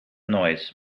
noise